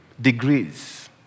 degrees